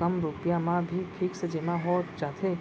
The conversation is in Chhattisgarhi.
कम रुपिया म भी फिक्स जेमा हो जाथे?